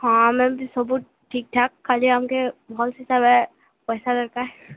ହଁ ମ୍ୟାମ୍ ଯେ ସବୁ ଠିକ୍ ଠାକ୍ ଖାଲି ଆମ୍କେ ଭଲ୍ ସେ ସାରା ପଇସା ଦରକାର